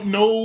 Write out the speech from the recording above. no